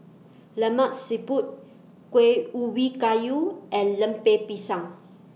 Lemak Siput Kueh Ubi Kayu and Lemper Pisang